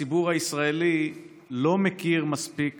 הציבורי הישראלי לא מכיר מספיק